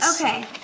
Okay